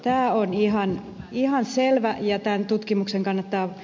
tämä on ihan selvä ja tätä tutkimusta kannattaa ed